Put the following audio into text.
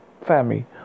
family